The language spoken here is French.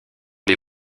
les